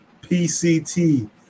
PCT